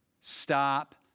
Stop